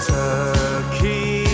turkey